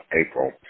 April